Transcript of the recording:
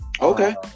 Okay